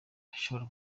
ishobora